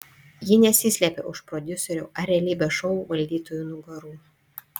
ji nesislėpė už prodiuserių ar realybės šou valdytojų nugarų